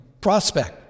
prospect